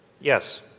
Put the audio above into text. Yes